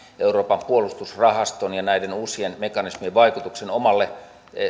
euroopan puolustusrahaston ja näiden uusien mekanismien vaikutuksen omalle